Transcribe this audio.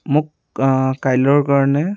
মোক কালিলৈৰ কাৰণে